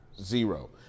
zero